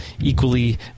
equally